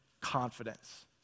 confidence